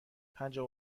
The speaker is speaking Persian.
پنجاه